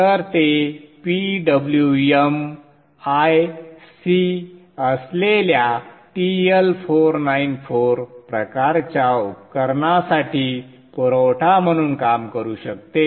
तर ते PWM IC असलेल्या TL494 प्रकारच्या उपकरणांसाठी पुरवठा म्हणून काम करू शकते